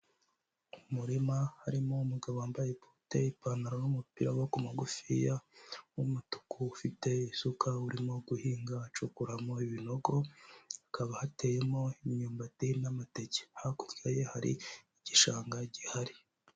Mu murima harimo umugabo wambaye bote n'ipantaro n'umupira w'mamaboko magufi w'umutuku ufite isuka urimo guhinga, acukuramo ibinogo hakaba hateyemo imyumbati n'amateke hakurya ye hari igishanga gihari.